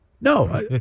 No